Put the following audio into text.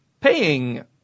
paying